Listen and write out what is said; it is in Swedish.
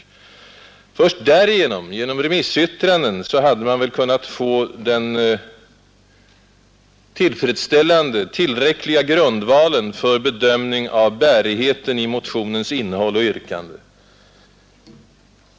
Först genom sådana remissyttranden hade man kunnat få den tillräckliga och tillfredsställande grundvalen för ” bedömning av bärigheten i motionens innehåll och yrkande.